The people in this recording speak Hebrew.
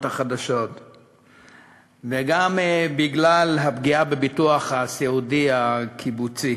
החדשות וגם בגלל הפגיעה בביטוח הסיעודי הקיבוצי.